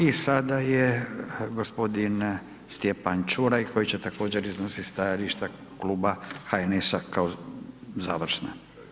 I sada je gospodin Stjepan Čuraj koji će također iznositi stajališta Kluba HNS-a kao završno.